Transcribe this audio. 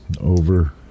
over